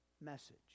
message